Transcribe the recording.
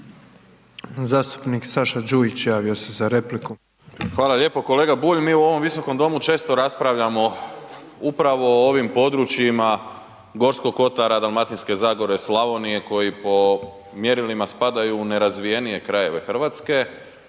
Hvala lijepo. Kolega Bulj, mi u ovom visokom domu često raspravljamo upravo o ovim područjima Gorskog kotara, Dalmatinske zagore, Slavonije koji po mjerilima spadaju u nerazvijenije krajeve Hrvatske